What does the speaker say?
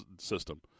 system